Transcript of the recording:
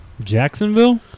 Jacksonville